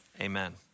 Amen